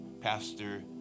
Pastor